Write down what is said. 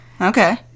Okay